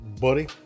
Buddy